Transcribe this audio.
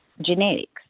genetics